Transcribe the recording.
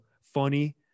funny